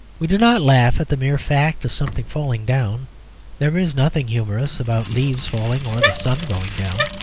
we do not laugh at the mere fact of something falling down there is nothing humorous about leaves falling or the sun going down.